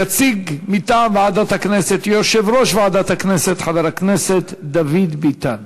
יציג מטעם ועדת הכנסת יושב-ראש ועדת הכנסת חבר הכנסת דוד ביטן.